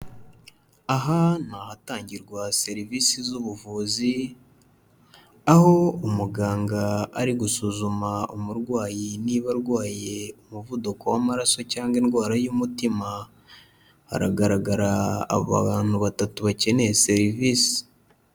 Aha ni ahatangirwa serivisi z'ubuvuzi, aho umuganga ari gusuzuma umurwayi niba arwaye umuvuduko w'amaraso cyangwa indwara y'umutima, hagaragara abantu batatu bakeneye serivisi.